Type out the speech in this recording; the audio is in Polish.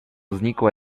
znikła